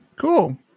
Cool